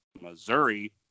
Missouri